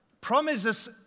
promises